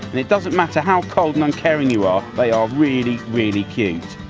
and it doesn't matter how cold and uncaring you are. they are really, really cute.